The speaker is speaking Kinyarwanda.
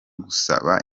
gusaba